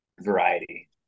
variety